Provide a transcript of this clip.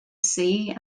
sea